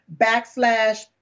backslash